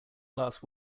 last